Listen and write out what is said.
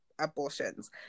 abortions